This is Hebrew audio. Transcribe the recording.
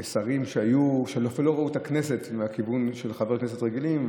שרים אפילו לא ראו את הכנסת מהכיוון של חברי כנסת רגילים,